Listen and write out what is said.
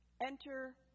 Enter